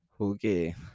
Okay